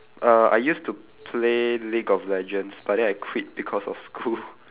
uh I used to play league of legends but then I quit because of school